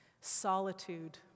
solitude